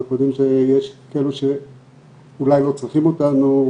אנחנו יודעים שיש כאלה אולי לא צריכים אותנו,